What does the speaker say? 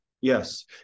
Yes